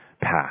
path